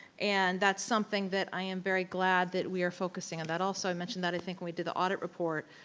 and that's something that i am very glad that we are focusing on that also. i mentioned that i think when we did the audit report.